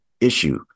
issue